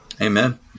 Amen